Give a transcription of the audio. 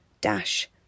dash